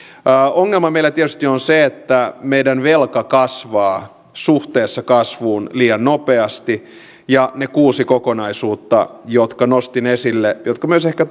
ongelma meillä tietysti on se että meidän velka kasvaa suhteessa kasvuun liian nopeasti ja ne kuusi kokonaisuutta jotka nostin esille ja jotka myös ehkä